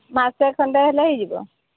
ମାସେ ଖଣ୍ଡେ ହେଲେ ହୋଇ ଯିବ